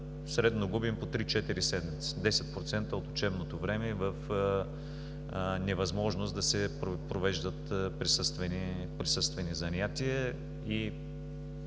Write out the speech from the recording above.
средно губим по 3 – 4 седмици, 10% от учебното време е в невъзможност да се провеждат присъствени занятия.